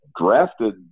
drafted